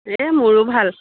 এহ্ মোৰো ভাল